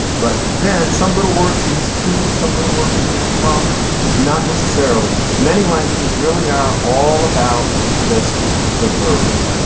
but then some little word that means to some little word that means from not necessarily many languages really are all about just the verbs.